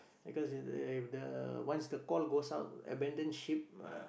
because if the once the call goes out abandoned ship uh